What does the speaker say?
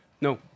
No